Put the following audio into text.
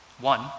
One